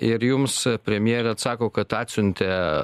ir jums premjerė atsako kad atsiuntė